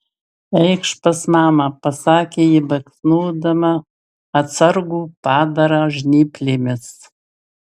eikš pas mamą pasakė ji baksnodama atsargų padarą žnyplėmis